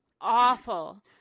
awful